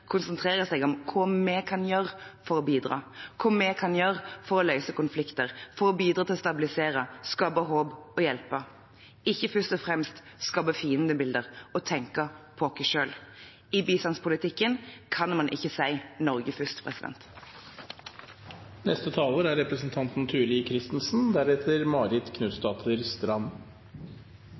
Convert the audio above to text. konsentrer seg om hva vi kan gjøre for å bidra, og hva vi kan gjøre for å løse konflikter for å bidra til å stabilisere, skape håp og hjelpe, ikke først og fremst å skape fiendebilder og tenke på oss selv. I bistandspolitikken kan man ikke si Norge først. Vi som sitter i denne salen er